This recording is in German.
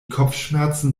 kopfschmerzen